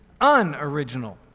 unoriginal